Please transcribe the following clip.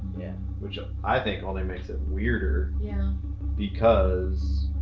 yeah. which i think only makes it weirder. yeah because.